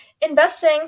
investing